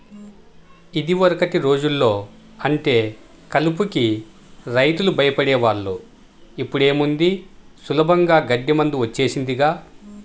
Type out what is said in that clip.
యిదివరకటి రోజుల్లో అంటే కలుపుకి రైతులు భయపడే వాళ్ళు, ఇప్పుడేముంది సులభంగా గడ్డి మందు వచ్చేసిందిగా